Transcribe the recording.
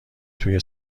توی